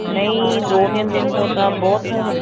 ਨਹੀਂ ਦੋ ਤਿੰਨ ਦਿਨ ਤੋਂ ਤਾਂ ਬਹੁਤ